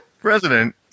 president